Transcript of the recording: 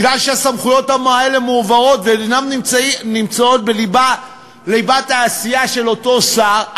מכיוון שהסמכויות האלה מועברות ואינן נמצאות בליבת העשייה של אותו שר,